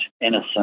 innocent